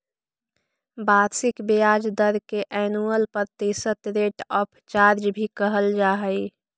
वार्षिक ब्याज दर के एनुअल प्रतिशत रेट ऑफ चार्ज भी कहल जा हई